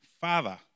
father